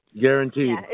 Guaranteed